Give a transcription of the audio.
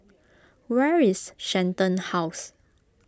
where is Shenton House